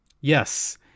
Yes